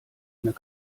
mehr